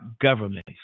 government